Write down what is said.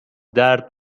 درد